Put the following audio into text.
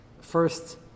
First